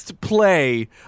play